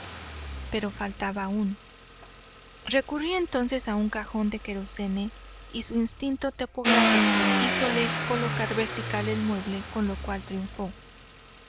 pero faltaba aún recurrió entonces a un cajón de kerosene y su instinto topográfico hízole colocar vertical el mueble con lo cual triunfó